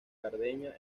cerdeña